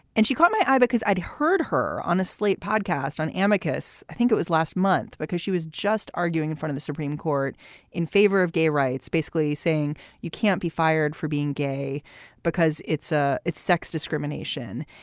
and she caught my eye because i'd heard her on a slate podcast on amicus. i think it was last month because she was just arguing in front of the supreme court in favor of gay rights, basically saying you can't be fired for being gay because it's a it's sex discrimination.